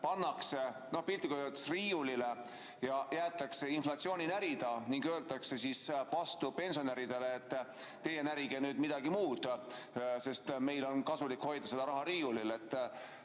pannakse piltlikult öeldes riiulile ja jäetakse inflatsiooni närida ning öeldakse pensionäridele, et teie närige midagi muud, sest meil on kasulik hoida seda raha riiulil.